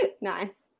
Nice